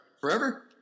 Forever